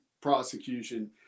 prosecution